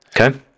Okay